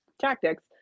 tactics